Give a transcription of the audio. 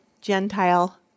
Gentile